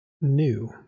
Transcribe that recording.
new